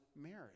marriage